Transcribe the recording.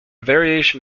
variation